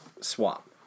swap